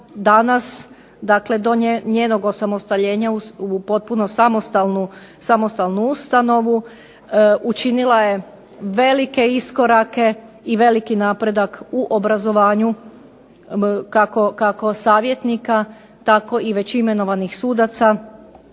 danas dakle do njenog osamostaljenja u potpuno samostalnu ustanovu učinila je velike iskorake i veliki napredak u obrazovanju kako savjetnika tako i već imenovanih sudaca